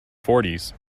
fourties